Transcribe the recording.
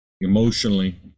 emotionally